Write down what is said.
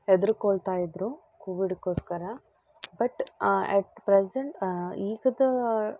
ಹೆದ್ರಕೊಳ್ತಾ ಇದ್ದರು ಕೋವಿಡ್ಗೋಸ್ಕರ but at present ಈಗದ